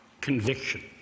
Conviction